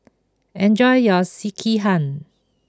enjoy your Sekihan